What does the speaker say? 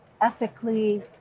ethically